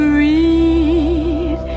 read